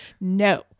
no